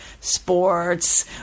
sports